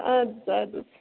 اَدٕ حظ اَدٕ حظ